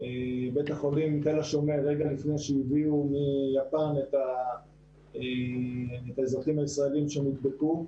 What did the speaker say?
בבית החולים תל השומר רגע לפני שהביאו מיפן את האזרחים הישראלים שנדבקו.